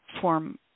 form